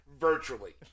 Virtually